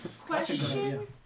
Question